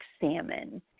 salmon